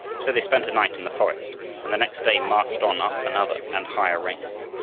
so they spent a night in the forest and the next day marched on up another and higher range.